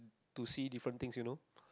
to see different things you know